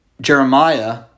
Jeremiah